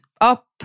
up